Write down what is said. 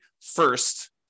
first